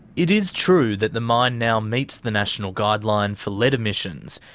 it is true that the mine now meets the national guideline for lead emissions.